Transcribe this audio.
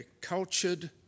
cultured